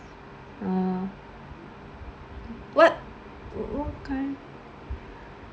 uh what what kind